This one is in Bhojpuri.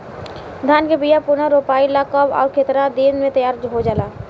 धान के बिया पुनः रोपाई ला कब और केतना दिन में तैयार होजाला?